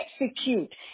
execute